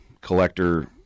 collector